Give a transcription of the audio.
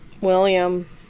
William